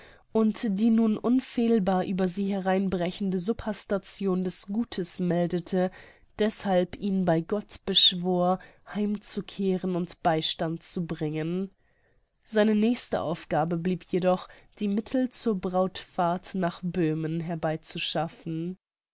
und die nun unfehlbar über sie hereinbrechende subhastation des gutes meldete deßhalb ihn bei gott beschwor heimzukehren und beistand zu bringen seine nächste aufgabe blieb jedoch die mittel zur brautfahrt nach böhmen herbeizuschaffen